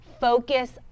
focus